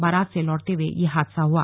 बारात से लौटते हुए ये हादसा हुआ